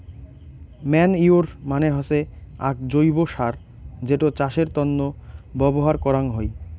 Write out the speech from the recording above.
manure মানে হসে আক জৈব্য সার যেটো চাষের তন্ন ব্যবহার করাঙ হই